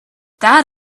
that